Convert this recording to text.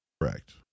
Correct